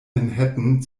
manhattan